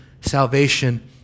salvation